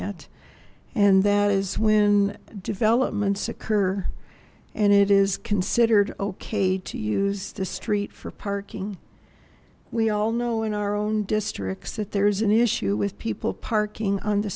at and that is when developments occur and it is considered ok to use the street for parking we all know in our own districts that there is an issue with people parking on the